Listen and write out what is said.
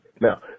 Now